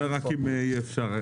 רק אם אפשר.